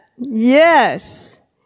Yes